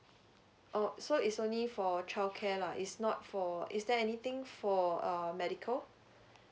oh so It's only for childcare lah It's not for is there anything for um medical